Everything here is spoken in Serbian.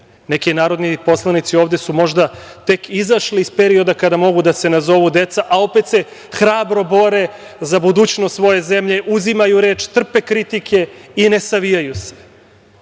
neki narodni poslanici ovde su možda tek izašli iz perioda kada mogu da se nazovu deca, a opet se hrabro bore za budućnost svoje zemlje, uzimaju reč, trpe kritike i ne savijaju se.